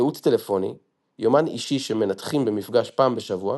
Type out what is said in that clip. ייעוץ טלפוני, יומן אישי שמנתחים במפגש פעם בשבוע